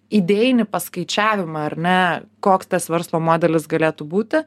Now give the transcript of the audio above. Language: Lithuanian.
idėjinį paskaičiavimą ar ne koks tas verslo modelis galėtų būti